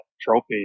trophy